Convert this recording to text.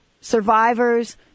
survivors